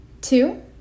Two